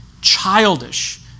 childish